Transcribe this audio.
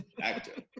actor